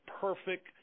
perfect